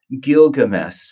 Gilgamesh